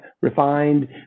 refined